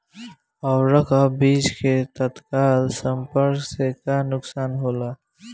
उर्वरक अ बीज के तत्काल संपर्क से का नुकसान होला?